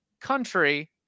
Country